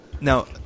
Now